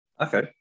Okay